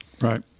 Right